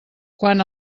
quan